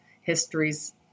histories